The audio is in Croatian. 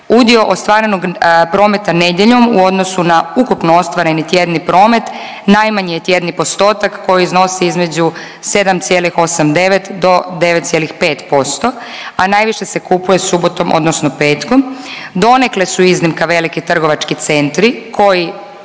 udio ostvarenog prometa nedjeljom u odnosu na ukupno ostvareni tjedni promet najmanji je tjedni postotak koji iznosi između 7,89 do 9,5%, a najviše se kupuje subotom odnosno petkom, donekle su iznimka veliki trgovački centri koji